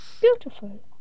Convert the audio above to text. beautiful